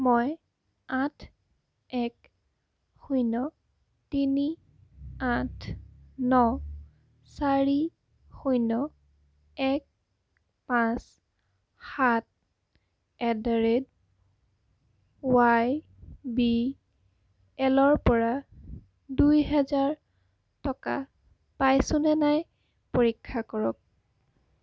মই আঠ এক শূণ্য তিনি আঠ ন চাৰি শূণ্য এক পাঁচ সাত at the rate Y B এলৰ পৰা দুই হাজাৰ টকা পাইছোঁনে নাই পৰীক্ষা কৰক